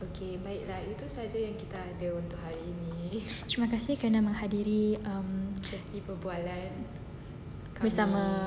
terima kasih kerana menghadiri um bersama